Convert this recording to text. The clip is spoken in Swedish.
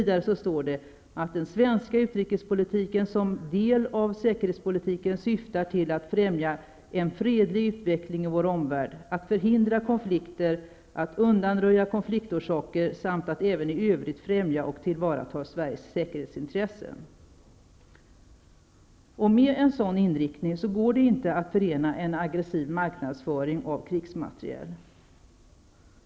Det står vidare att: ''Den svenska utrikespolitiken som del av säkerhetspolitiken syftar till att främja en fredlig utveckling i vår omvärld, att förhindra konflikter, att undanröja konfliktorsaker samt att även i övrigt främja och tillvarata Sveriges säkerhetsintressen.'' En sådan inriktning går inte att förena med en aggressiv marknadsföring av krigsmateriel.